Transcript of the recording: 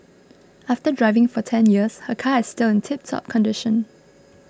after driving for ten years her car is still in tiptop condition